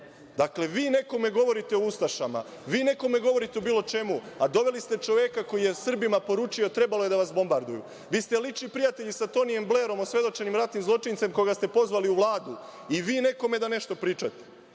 Dakle, vi nekome govorite o ustašama, ni nekome govorite o bilo čemu, a doveli ste čoveka koji je Srbima poručio – trebalo je da vas bombarduju. Vi ste lični prijatelji sa Tonijem Blerom, osvedočenim ratnim zločincem, koga ste pozvali u Vladu, i vi nekome da nešto pričate.